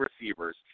receivers